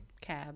Cab